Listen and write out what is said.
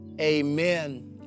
Amen